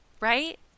Right